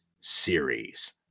series